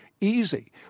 Easy